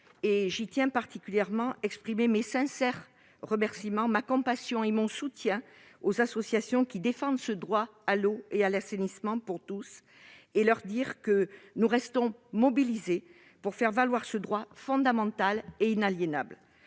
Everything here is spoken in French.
Je tiens à exprimer mes sincères remerciements, ma compassion et mon soutien aux associations qui défendent ce droit à l'eau et à l'assainissement pour tous. Nous restons mobilisés pour faire valoir ce droit fondamental et inaliénable.